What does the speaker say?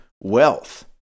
wealth